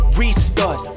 restart